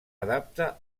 adapta